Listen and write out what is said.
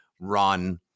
run